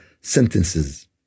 sentences